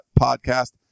Podcast